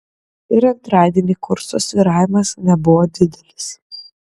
ir antradienį kurso svyravimas nebuvo didelis